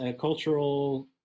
cultural